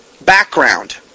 background